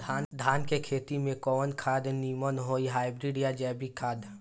धान के खेती में कवन खाद नीमन होई हाइब्रिड या जैविक खाद?